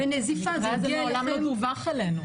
המקרה הזה מעולם לא דווח אלינו.